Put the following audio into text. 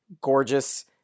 gorgeous